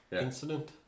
incident